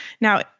Now